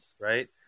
right